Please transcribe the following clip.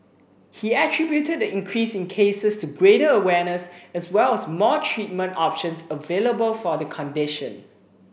he attributed the increase in cases to greater awareness as well as more treatment options available for the condition